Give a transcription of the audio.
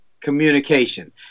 communication